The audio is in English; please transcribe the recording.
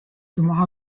from